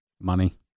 Money